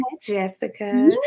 Jessica